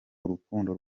urukundo